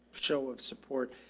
show of support?